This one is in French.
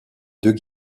deux